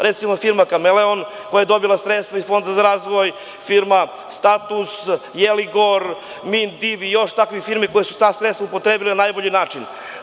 Recimo, firma „Kameleon“, koja je dobila sredstva iz Fonda za razvoj, firma „Status“, „Jeligor“, „MIN DIV“, i još takvih firmi koja su ta sredstva upotrebila na najbolji način.